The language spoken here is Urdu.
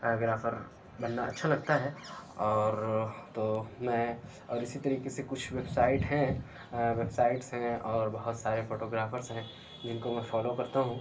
گرافر بننا اچھا لگتا ہے اور تو میں اور اِسی طریقے سے کچھ ویب سائٹ ہیں آ ویب سائٹس ہیں اور بہت سارے فوٹو گرافرس ہیں جن کو میں فالو کرتا ہوں